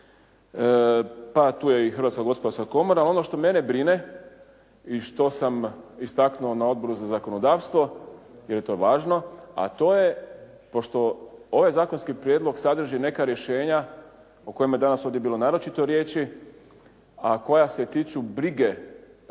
pa tu je i Hrvatska gospodarska komora. Ono što mene brine i što sam istaknuo na Odboru za zakonodavstvo jer je to važno, a to je pošto ovaj zakonski prijedlog sadrži neka rješenja o kojima je danas ovdje bilo naročito riječi, a koja se tiču brige